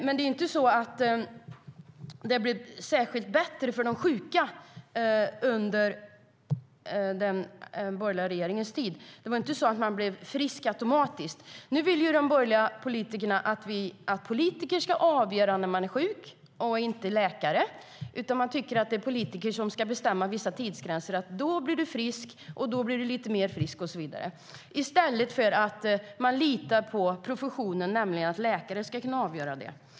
Men det blev inte särskilt mycket bättre för de sjuka under den borgerliga regeringens tid. De blev inte friska automatiskt. Nu vill de borgerliga politikerna att politiker och inte läkare ska avgöra när man är sjuk. De tycker att politiker ska bestämma vissa tidsgränser - då blir du frisk, då blir du lite mer frisk och så vidare - i stället för att lita på professionen, det vill säga att läkare ska kunna avgöra det.